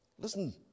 Listen